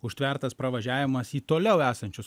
užtvertas pravažiavimas į toliau esančius